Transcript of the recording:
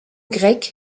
grecs